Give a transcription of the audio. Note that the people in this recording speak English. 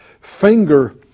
Finger